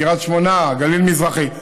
קריית שמונה וגליל מזרחי,